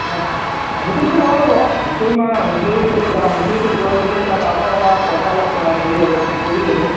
অঁ অ সেইটোতো ভাল হ'ব হুঁচৰি হুঁচৰিটো তাৰ হুঁচৰিটো গোৱাৰ পিছত তাৰ তাৰপৰাও আমাৰ পইচা অলপ হেৰি হ'ব ডিপ'জিট হ'ব